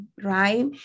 right